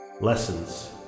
lessons